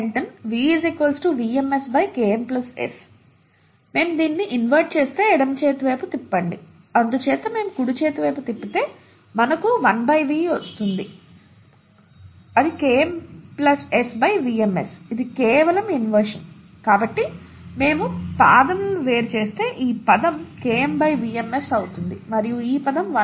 మేము దీనిని ఇన్వెర్ట్ చేస్తే ఎడమ చేతి వైపు తిప్పండి అందుచేత మేము కుడి చేతి వైపు తిప్పితే మనకు 1V వస్తుంది Km S VmS ఇది కేవలం ఇన్వెర్షన్ కాబట్టి మేము పాదములను వేరు చేస్తే ఈ పదం Km VmS అవుతుంది మరియు ఈ పదం 1Vm